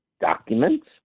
documents